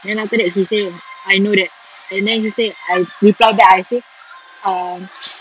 then after that he say I know that and then he say I reply back I say um